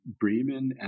Bremen